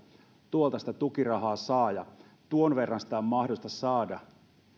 tuolta sitä tukirahaa saa ja tuon verran sitä on mahdollista saada